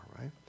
right